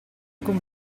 con